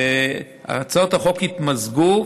הצעות החוק התמזגו,